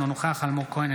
אינו נוכח אלמוג כהן,